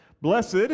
Blessed